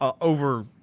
over